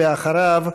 אחריו,